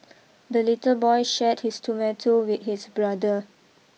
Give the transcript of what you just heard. the little boy shared his tomato with his brother